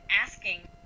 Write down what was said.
asking